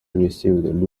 received